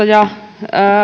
ja